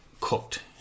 cooked